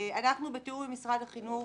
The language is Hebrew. אנחנו, בתיאום עם משרד החינוך,